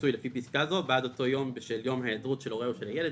פיצוי לפי פסקה זו בעד אותו יום בשל יום היעדרות של הורהו של הילד,